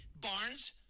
Barnes